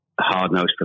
hard-nosed